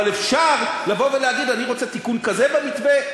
אבל אפשר לבוא ולהגיד: אני רוצה תיקון כזה במתווה,